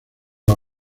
los